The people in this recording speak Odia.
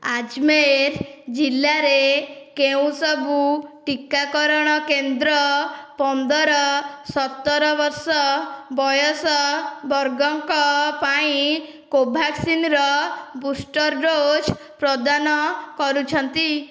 ଆଜ୍ମେର୍ ଜିଲ୍ଲାରେ କେଉଁ ସବୁ ଟିକାକରଣ କେନ୍ଦ୍ର ପନ୍ଦର ସତର ବର୍ଷ ବୟସ ବର୍ଗଙ୍କ ପାଇଁ କୋଭ୍ୟାକ୍ସିନର ବୁଷ୍ଟର ଡୋଜ୍ ପ୍ରଦାନ କରୁଛନ୍ତି